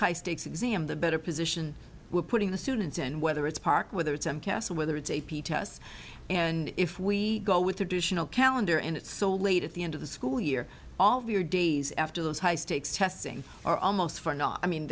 high stakes exam the better position we're putting the students and whether it's park whether it's a castle whether it's a p tests and if we go with additional calendar and it's so late at the end of the school year all of your days after those high stakes testing are almost for naught i mean